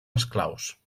esclaus